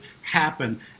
happen